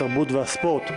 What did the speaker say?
התרבות והספורט.